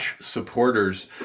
supporters